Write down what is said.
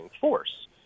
force